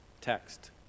text